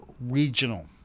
Regional